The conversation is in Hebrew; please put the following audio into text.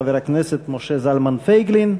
חבר הכנסת משה זלמן פייגלין.